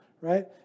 right